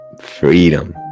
freedom